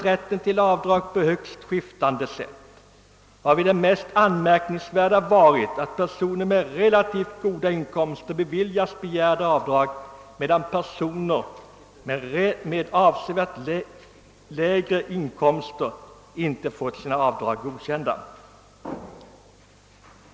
Rätten till avdrag har bedömts på högst skiftande sätt, varvid det mest anmärkningsvärda varit att personer med relativt goda inkomster beviljats begärda avdrag, medan personer med avsevärt lägre inkomster inte fått sina avdrag godkända.